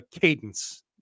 cadence